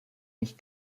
mich